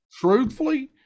truthfully